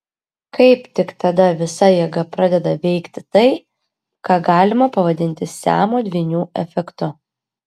kaip tik tada visa jėga pradeda veikti tai ką galima pavadinti siamo dvynių efektu